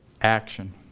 action